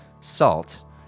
salt